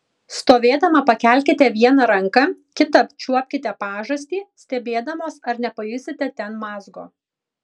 stovėdama pakelkite vieną ranką kita apčiuopkite pažastį stebėdamos ar nepajusite ten mazgo